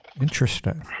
Interesting